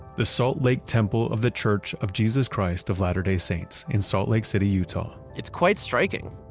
the salt lake temple of the church of jesus christ of latter day saints in salt lake city, utah. it's quite striking.